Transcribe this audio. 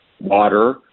water